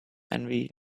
envy